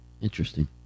Interesting